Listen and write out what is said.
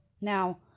now